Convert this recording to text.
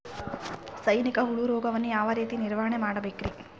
ಸೈನಿಕ ಹುಳು ರೋಗವನ್ನು ಯಾವ ರೇತಿ ನಿರ್ವಹಣೆ ಮಾಡಬೇಕ್ರಿ?